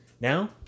Now